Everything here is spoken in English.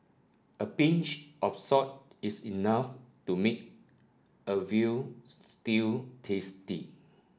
a pinch of salt is enough to make a veal stew tasty